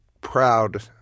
proud